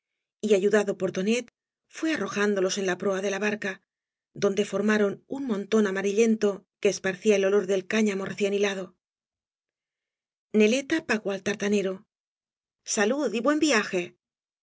y ayudado por tonet fué arrojándolos en la proa de la barca donde formaron un montón amarillento que esparcía el olor del cáñamo recién hilado neleta pagó al tartanero salud y buen viajel